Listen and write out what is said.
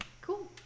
cool